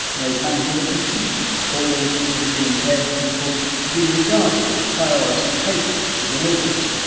and they've mounted a petition calling for visually impaired people to be regarded as priority cases for deliveries.